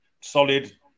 solid